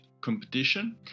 competition